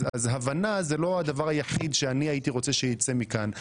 אז הבנה זה לא הדבר היחיד שאני רוצה שייצא מכאן.